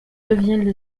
deviennent